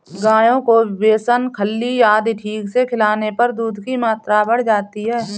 गायों को बेसन खल्ली आदि ठीक से खिलाने पर दूध की मात्रा बढ़ जाती है